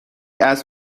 است